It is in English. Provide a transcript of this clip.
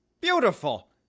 Beautiful